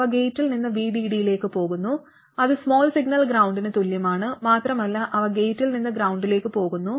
അവ ഗേറ്റിൽ നിന്ന് VDD ലേക്ക് പോകുന്നു അത് സ്മാൾ സിഗ്നൽ ഗ്രൌണ്ടിന് തുല്യമാണ് മാത്രമല്ല അവ ഗേറ്റിൽ നിന്ന് ഗ്രൌണ്ടിലേക്ക് പോകുന്നു